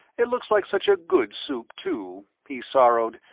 it looks like such good soup, too, he sorrowed,